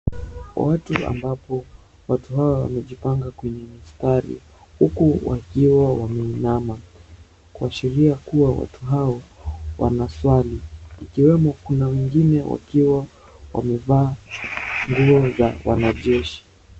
Watu ambapo watu hawa wamejipanga kwa msitari huku wakiwa wameinama kuashiria kwamba watu hao wanaswali ikiwemo kuna wengine wakiwa wamevaa nguo za wanajeshi.